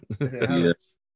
Yes